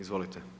Izvolite.